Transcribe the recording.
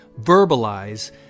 verbalize